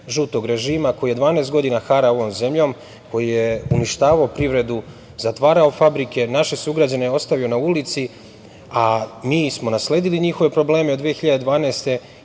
žutog režima, koji je 12 godina harao ovom zemljom, koji je uništavao privredu, zatvarao fabrike, naše sugrađane ostavio na ulici. Mi smo nasledili njihove probleme od 2012.